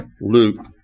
Luke